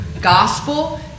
gospel